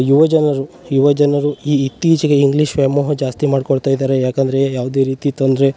ಯುವ ಜನರು ಯುವ ಜನರು ಈ ಇತ್ತೀಚೆಗೆ ಇಂಗ್ಲಿಷ್ ವ್ಯಾಮೋಹ ಜಾಸ್ತಿ ಮಾಡಿಕೊಳ್ತಾ ಇದ್ದಾರೆ ಯಾಕಂದರೆ ಯಾವುದೇ ರೀತಿ ತೊಂದರೆ